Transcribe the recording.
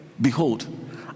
behold